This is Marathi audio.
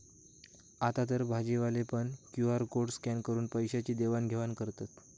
आतातर भाजीवाले पण क्यु.आर कोड स्कॅन करून पैशाची देवाण घेवाण करतत